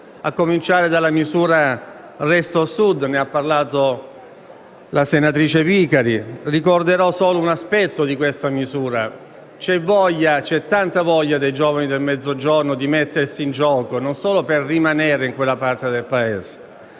a cominciare dalla misura «Resto al Sud» - ne ha parlato la senatrice Vicari - di cui ricorderò solo un aspetto. C'è tanta voglia da parte dei giovani del Mezzogiorno di mettersi in gioco, non solo per rimanere in quella parte del Paese,